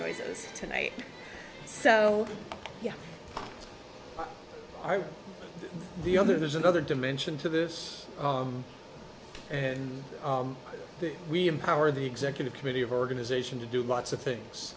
noises tonight so yeah the other there's another dimension to this and we empower the executive committee of organization to do lots of things